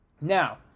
Now